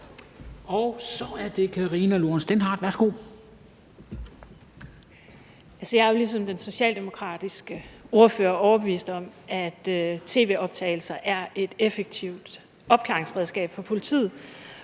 Kl. 14:29 Karina Lorentzen Dehnhardt (SF): Jeg er jo ligesom den socialdemokratiske ordfører overbevist om, at tv-optagelser er et effektivt opklaringsredskab for politiet,